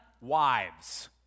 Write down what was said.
wives